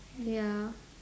ya